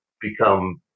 become